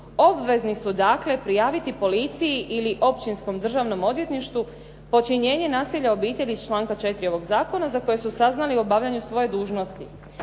obvezni su dakle prijaviti policiji ili općinskom državnom odvjetništvu počinjenje nasilja u obitelji iz članka 4. ovog zakona za koje su saznali o obavljanju svoje dužnosti.